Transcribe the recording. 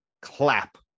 clap